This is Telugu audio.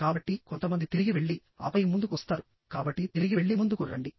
కాబట్టి కొంతమంది తిరిగి వెళ్లి ఆపై ముందుకు వస్తారు కాబట్టి తిరిగి వెళ్లి ముందుకు రండి